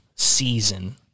season